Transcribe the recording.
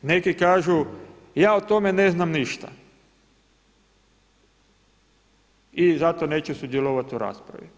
Neki kažu ja o tome ne znam ništa i zato neću sudjelovati u raspravi.